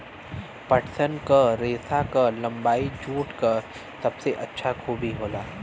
पटसन क रेसा क लम्बाई जूट क सबसे अच्छा खूबी होला